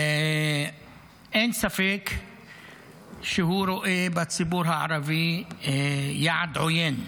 אין ספק שהוא רואה בציבור הערבי יעד עוין,